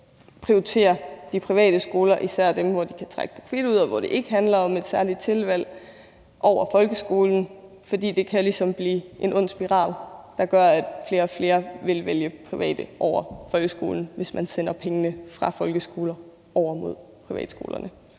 prioritere de private skoler, især dem, som kan trække profit ud, og hvor det ikke handler om et særligt tilvalg i forhold til folkeskolen, fordi det ligesom kan blive en ond spiral, der gør, at flere og flere vil vælge private skoler frem for folkeskolen, hvis man sender penge fra folkeskolerne over til privatskolerne.